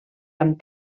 amb